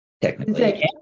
technically